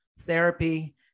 therapy